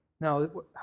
No